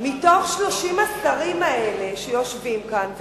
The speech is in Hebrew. מתוך 30 השרים האלה שיושבים כאן,